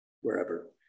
wherever